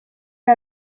iyo